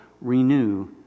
renew